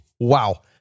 Wow